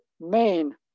main